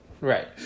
Right